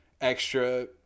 extra